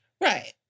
Right